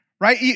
right